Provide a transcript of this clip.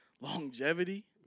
longevity